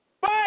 Bye